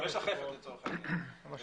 גם